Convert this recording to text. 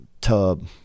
tub